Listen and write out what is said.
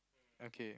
okay